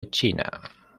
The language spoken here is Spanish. china